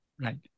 Right